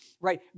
right